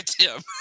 Tim